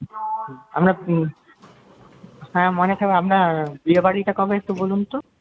হুম আপনার হুম হ্যাঁ মনে থাকবে আপনার বিয়েবাড়িটা কবে একটু বলুন তো